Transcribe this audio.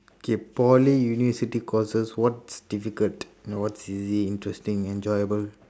okay poly university courses what's difficult what's easy interesting enjoyable